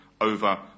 over